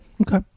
Okay